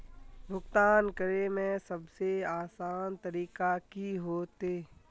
भुगतान करे में सबसे आसान तरीका की होते?